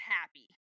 happy